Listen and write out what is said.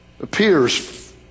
appears